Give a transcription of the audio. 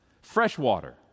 Freshwater